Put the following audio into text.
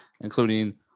including